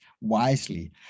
wisely